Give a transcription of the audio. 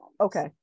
Okay